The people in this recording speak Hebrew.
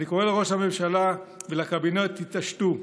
אני קורא לראש הממשלה ולקבינט: תתעשתו.